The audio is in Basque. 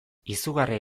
izugarria